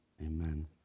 amen